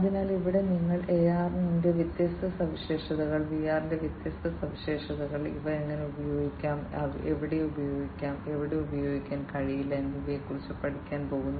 അതിനാൽ ഇവിടെ നിങ്ങൾ AR ന്റെ വ്യത്യസ്ത സവിശേഷതകൾ VR ന്റെ വ്യത്യസ്ത സവിശേഷതകൾ അവ എങ്ങനെ ഉപയോഗിക്കാം എവിടെ ഉപയോഗിക്കാം എവിടെ ഉപയോഗിക്കാൻ കഴിയില്ല എന്നിവയെക്കുറിച്ച് പഠിക്കാൻ പോകുന്നു